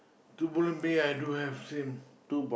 two bowl me I don't have same